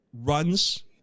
runs